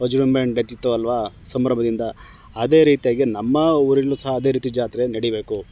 ವಜ್ರುಮೆಂಟ್ ಇರ್ತಿತ್ತು ಅಲ್ವ ಸಂಭ್ರಮದಿಂದ ಅದೇ ರೀತಿಯಾಗಿ ನಮ್ಮ ಊರಲ್ಲೂ ಸಹ ಅದೇ ರೀತಿ ಜಾತ್ರೆ ನಡಿಬೇಕು